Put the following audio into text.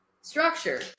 structure